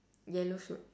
yellow suit